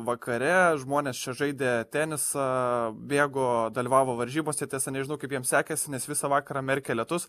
vakare žmonės čia žaidė tenisą bėgo dalyvavo varžybose tiesa nežinau kaip jiems sekės nes visą vakarą merkė lietus